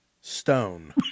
Stone